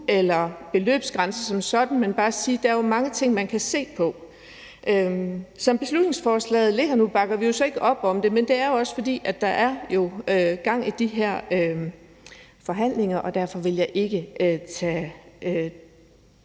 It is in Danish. eller beløbsgrænser nu som sådan, men bare sige, at der jo er mange ting, man kan se på. Som beslutningsforslaget ligger nu, bakker vi ikke op om det, men det er også, fordi der jo er gang i de her forhandlinger. Derfor vil jeg ikke tage